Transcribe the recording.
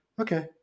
okay